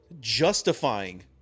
justifying